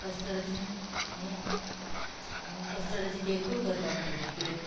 कस्टडाची हें आनी कस्टडाची केकूय करपाक मेळटा केक